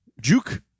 juke